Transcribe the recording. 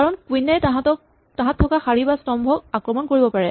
কাৰণ কুইন এ তাহাঁত থকা শাৰী বা স্তম্ভত আক্ৰমণ কৰিব পাৰে